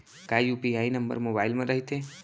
का UPI number mobile म रहिथे?